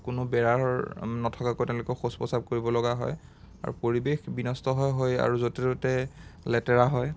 কোনো বেৰা ঘৰ নথকাকৈ তেওঁলোকে শৌচ প্ৰস্ৰাৱ কৰিবলগা হয় আৰু পৰিৱেশ বিনষ্ট হয় হয়েই আৰু য'তে ত'তে লেতেৰা হয়